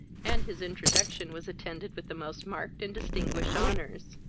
and his introduction was attended with the most marked and distinguished honours.